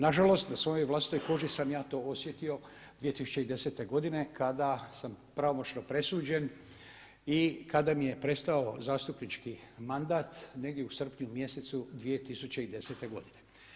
Nažalost, na svojoj vlastitoj koži sam ja to osjetio 2010. godine kada sam pravomoćno presuđen i kada mi je prestao zastupnički mandat negdje u srpnju mjesecu 2010. godine.